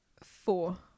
Four